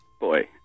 Boy